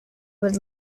would